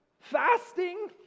fasting